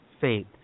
faith